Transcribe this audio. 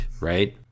right